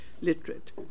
literate